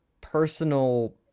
personal